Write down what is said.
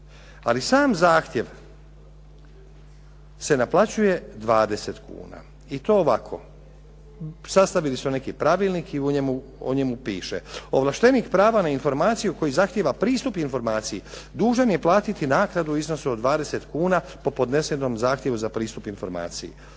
Ali sam zahtjev se naplaćuje 20 kuna. I to ovako. Sastavili su neki pravilnik i u njemu piše: "Ovlaštenik prava na informaciju koji zahtijeva pristup informaciji dužan je platiti naknadu u iznosu od 20 kuna po podnesenom zahtjevu za pristup informaciji,